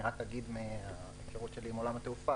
רק אגיד מן ההיכרות שלי עם עולם התעופה,